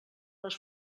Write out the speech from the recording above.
les